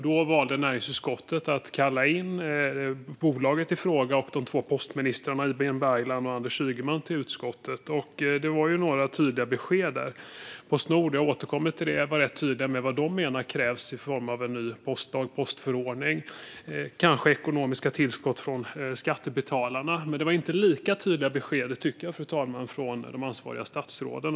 Då valde näringsutskottet att kalla bolaget i fråga och de två postministrarna Ibrahim Baylan och Anders Ygeman till utskottet. Det kom några tydliga besked där. Postnord - jag återkommer till det - var rätt tydliga med vad de menar krävs i form av en ny postlag eller postförordning och kanske ekonomiska tillskott från skattebetalarna. Det kom inte lika tydliga besked, tycker jag, från de ansvariga statsråden.